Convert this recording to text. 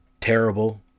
Terrible